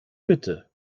mitte